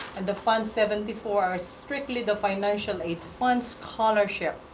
and the fund seventy four are strictly the financial aid fund scholarship.